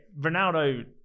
Ronaldo